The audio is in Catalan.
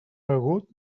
begut